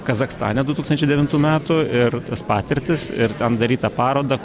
kazachstane du tūkstančiai devintų metų ir tas patirtis ir ten darytą parodą